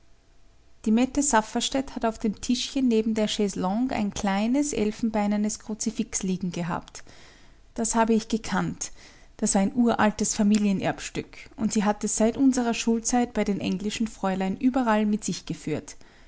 die mette safferstätt hat auf dem tischchen neben der chaiselongue ein kleines elfenbeinernes kruzifix liegen gehabt das habe ich gekannt das war ein uraltes familienerbstück und sie hat es seit unserer schulzeit bei den englischen fräulein überall mit sich geführt